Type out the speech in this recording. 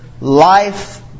life